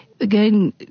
again